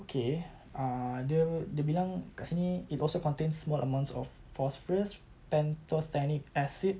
okay err dia dia bilang dekat sini it also contains small amounts of phosphorus panthothenic acid